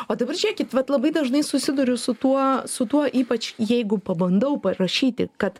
o dabar žiūrėkit vat labai dažnai susiduriu su tuo su tuo ypač jeigu pabandau parašyti kad